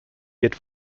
wird